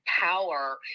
power